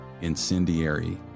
incendiary